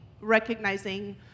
recognizing